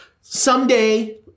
Someday